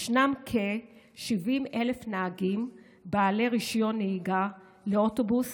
ישנם כ-70,000 נהגים בעלי רישיון נהיגה לאוטובוס